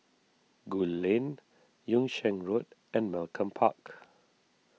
Gul Lane Yung Sheng Road and Malcolm Park